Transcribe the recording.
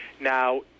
Now